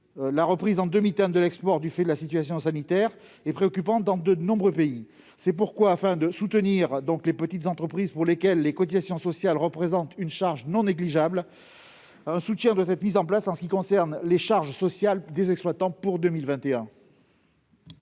; reprise en demi-teinte de l'export du fait de la situation sanitaire préoccupante dans de nombreux pays. C'est pourquoi, afin d'aider les petites entreprises pour lesquelles les cotisations sociales représentent une charge non négligeable, un soutien doit être mis en place en ce qui concerne les charges sociales des exploitants en 2021.